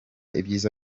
ibyiza